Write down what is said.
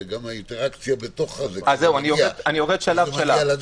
זה גם האינטראקציה כי זה מגיע לדיינים.